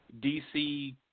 DC